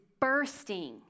bursting